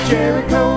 Jericho